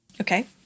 Okay